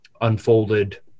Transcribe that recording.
unfolded